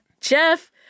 Jeff